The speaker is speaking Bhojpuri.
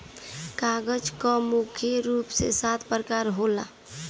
कागज कअ मुख्य रूप से सात प्रकार होला